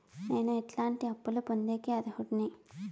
నేను ఎట్లాంటి ఎట్లాంటి అప్పులు పొందేకి అర్హుడిని?